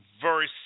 verse